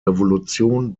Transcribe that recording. revolution